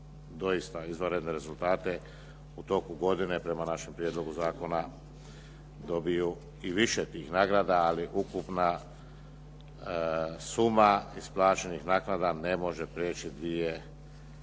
doista izvanredne rezultate u toku godine prema našem prijedlogu zakona dobiju i više tih nagrada ali ukupna suma isplaćenih naknada ne može prijeći dvije plaće.